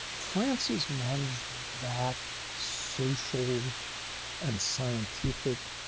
francis managed that social and scientific,